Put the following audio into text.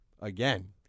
again